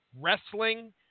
wrestling